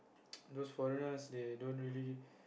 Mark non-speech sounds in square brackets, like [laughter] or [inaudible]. [noise] those foreigners they don't really